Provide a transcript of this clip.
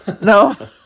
No